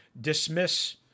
dismiss